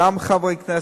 גם חברי כנסת,